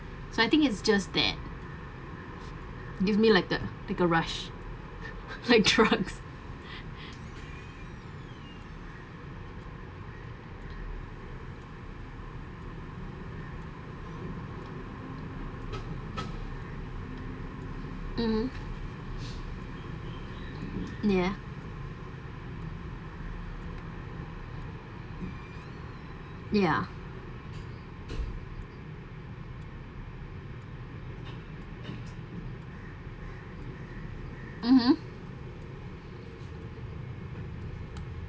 so I think is just that gives me like the bigger rush like drugs mm yeah ya mmhmm